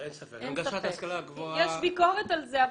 יש ביקורת על זה,